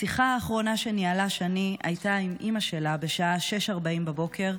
השיחה האחרונה שניהלה שני הייתה עם אימא שלה בשעה 6:40 בבוקר,